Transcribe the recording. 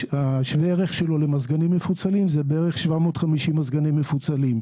שווה ערך שלו למזגנים מפוצלים זה בערך 750 מזגנים מפוצלים,